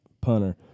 punter